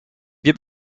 wir